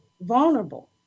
vulnerable